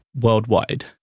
Worldwide